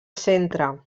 centre